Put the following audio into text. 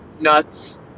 nuts